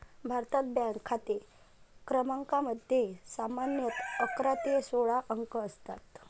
भारतात, बँक खाते क्रमांकामध्ये सामान्यतः अकरा ते सोळा अंक असतात